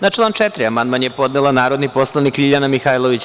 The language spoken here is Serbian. Na član 4. amandman je podnela narodni poslanik Ljiljana Mihajlović.